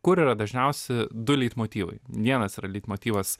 kur yra dažniausi du leitmotyvai vienas yra leitmotyvas